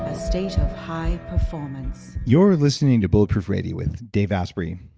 a state of high performance you're listening to bulletproof radio with dave asprey.